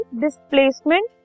displacement